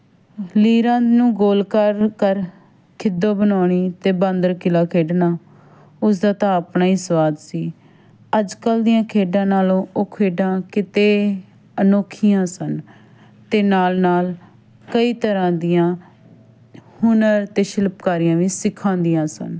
ਲੀਰਾਂ ਨੂੰ ਗੋਲਕਾਰ ਕਰ ਖਿੱਦੋ ਬਣਾਉਣੀ ਅਤੇ ਬਾਂਦਰ ਕਿੱਲਾ ਖੇਡਣਾ ਉਸਦਾ ਤਾਂ ਆਪਣਾ ਹੀ ਸਵਾਦ ਸੀ ਅੱਜ ਕੱਲ੍ਹ ਦੀਆਂ ਖੇਡਾਂ ਨਾਲੋਂ ਉਹ ਖੇਡਾਂ ਕਿਤੇ ਅਨੋਖੀਆਂ ਸਨ ਅਤੇ ਨਾਲ ਨਾਲ ਕਈ ਤਰ੍ਹਾਂ ਦੀਆਂ ਹੁਨਰ ਅਤੇ ਸ਼ਿਲਪਕਾਰੀਆਂ ਵੀ ਸਿਖਾਉਂਦੀਆਂ ਸਨ